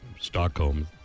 Stockholm